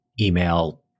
email